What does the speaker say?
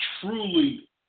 truly